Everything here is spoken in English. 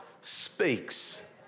speaks